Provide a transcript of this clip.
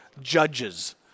Judges